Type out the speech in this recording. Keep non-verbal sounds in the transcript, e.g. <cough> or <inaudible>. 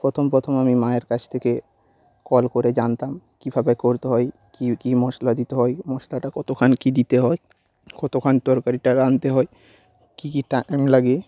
প্রথম প্রথম আমি মায়ের কাছ থেকে কল করে জানতাম কীভাবে করতে হয় কী কী মশলা দিতে হয় মশলাটা কতখান কী দিতে হয় কতখানি তরকারিটা রাঁধতে হয় কী কী <unintelligible> লাগে